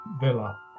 Villa